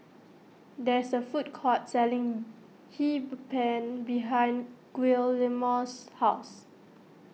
there is a food court selling Hee Pan behind Guillermo's house